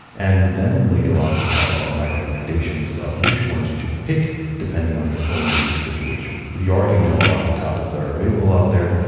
and then later on we'll talk about my recommendations about which ones you should pick depending on your own unique situation. if you already know about the tablets that are available out there,